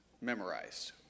Memorized